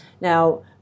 Now